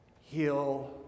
heal